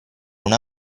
una